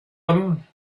them